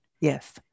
Yes